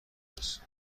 است